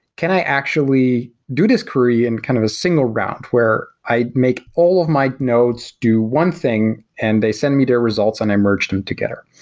can i actually do this query in kind of a single route where i'd make all of my nodes do one thing and they send me their results and i merge them together.